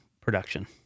production